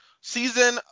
season